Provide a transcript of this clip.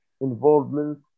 involvement